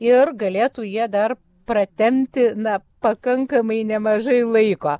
ir galėtų jie dar pratempti na pakankamai nemažai laiko